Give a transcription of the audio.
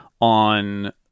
On